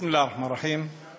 בסם אללה א-רחמאן א-רחים.